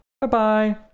Bye-bye